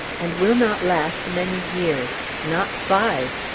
and will not last many years not five.